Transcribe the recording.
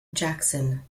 jackson